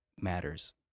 matters